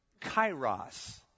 kairos